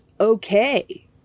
okay